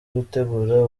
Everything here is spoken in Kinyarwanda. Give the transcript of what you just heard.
gutegura